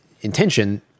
intention